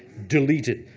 deleted,